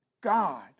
God